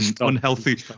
unhealthy